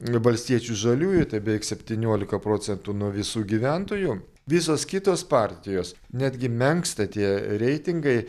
valstiečių žaliųjų tai beveik septyniolika procentų nuo visų gyventojų visos kitos partijos netgi menksta tie reitingai